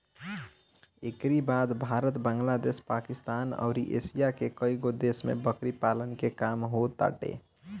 एकरी बाद भारत, बांग्लादेश, पाकिस्तान अउरी एशिया के कईगो देश में बकरी पालन के काम होताटे